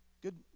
good